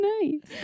nice